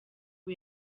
ubu